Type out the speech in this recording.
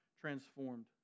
transformed